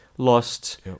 Lost